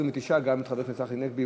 29. גם את חבר הכנסת צחי הנגבי,